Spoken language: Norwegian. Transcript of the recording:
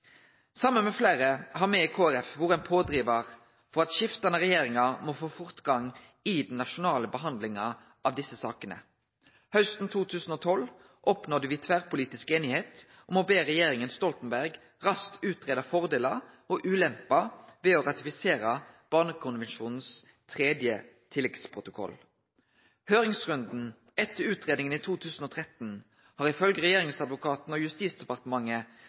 med fleire har me i Kristeleg Folkeparti vore ein pådrivar for at skiftande regjeringar må få fortgang i den nasjonale behandlinga av desse sakene. Hausten 2012 oppnådde vi tverrpolitisk einigheit om å be regjeringa Stoltenberg raskt greie ut fordelar og ulemper ved å ratifisere den tredje tilleggsprotokollen til Barnekonvensjonen. Høyringsrunden etter utgreiinga i 2013 hadde ifølgje regjeringsadvokaten og Justisdepartementet